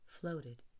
floated